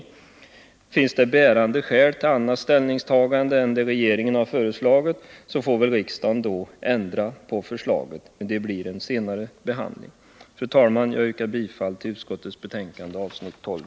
Om det finns bärande skäl för ett annat ställningstagande än det som regeringen har föreslagit, får väl riksdagen ta hänsyn till detta. Fru talman! Jag yrkar bifall till utskottets hemställan under avsnittet 12g.